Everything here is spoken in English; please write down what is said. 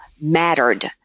mattered